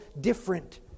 different